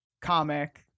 comic